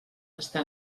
està